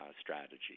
strategy